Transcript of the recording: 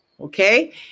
okay